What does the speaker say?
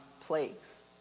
plagues